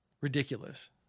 ridiculous